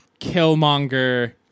Killmonger